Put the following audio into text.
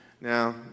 Now